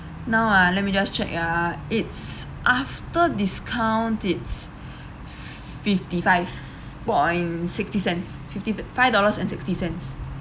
now ah let me just check ah it's after discount it's fifty five point sixty cents fifty five dollars and sixty cents